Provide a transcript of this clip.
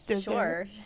sure